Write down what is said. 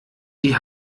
die